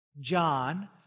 John